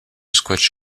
squash